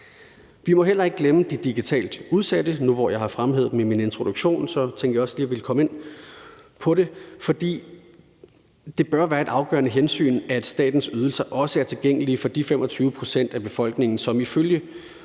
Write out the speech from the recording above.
Vi må heller ikke glemme de digitalt udsatte. Nu, hvor jeg har fremhævet dem i min introduktion, tænkte jeg, at jeg lige ville komme ind på det. For det bør være et afgørende hensyn, at statens ydelser også er tilgængelige for de 25 pct. af befolkningen, som ifølge